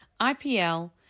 IPL